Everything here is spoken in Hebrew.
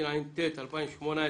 התשע"ט 2018,